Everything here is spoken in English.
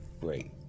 great